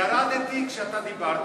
ירדתי כשאתה דיברת,